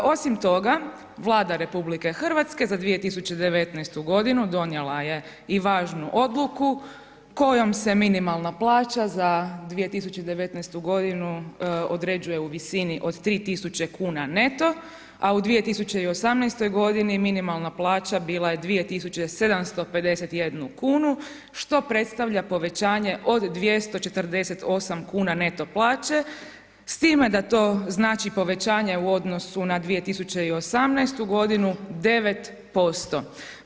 Osim toga Vlada RH za 2019. godinu donijela je i važnu odluku kojom se minimalna plaća za 2019. određuje u visini od 3.000 kuna neto, a u 2018. godini minimalna plaća bila je 2.751 kunu što predstavlja povećanje od 248 kuna neto plaće s time da to znači povećanje u odnosu na 2018. godinu 9%